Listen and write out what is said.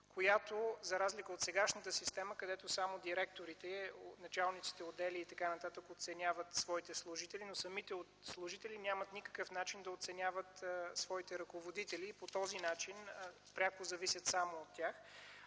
която за разлика от сегашната система, където само директорите, началниците отдели и т.н. оценяват своите служители, но самите служители нямат никакъв начин да оценяват своите ръководители. По този начин пряко зависят само от тях.